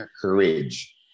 courage